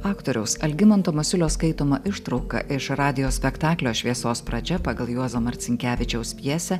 aktoriaus algimanto masiulio skaitoma ištrauka iš radijo spektaklio šviesos pradžia pagal juozo marcinkevičiaus pjesę